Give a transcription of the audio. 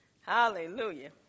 Hallelujah